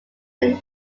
ann